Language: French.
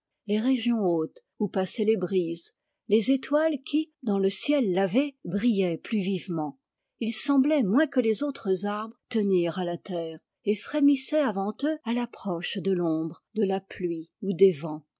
les régions hautes où passent les brises les étoiles qui dans le ciel lavé brillaient plus vivement il semblait moins que les autres arbres tenir à la terre et frémissait avant eux à l'approche de l'ombre de la pluie ou des vents